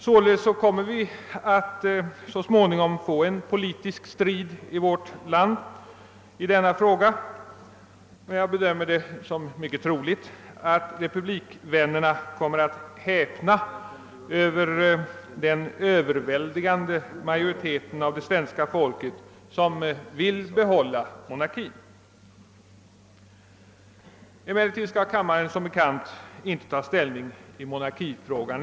Således kommer vi att så småningom få en politisk strid i vårt land i denna fråga, och jag bedömer det som mycket troligt att republikvännerna då kommer att häpna över den överväldigande majoritet av det svenska folket som vill behålla monarkin. Emellertid skall kammaren som bekant inte i dag ta ställning i monarkifrågan.